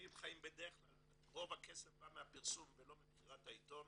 חיים בדרך כלל רוב הכסף בא מהפרסום ולא ממכירת העיתון,